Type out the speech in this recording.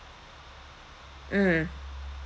mm